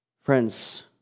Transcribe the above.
Friends